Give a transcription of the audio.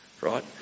right